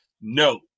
No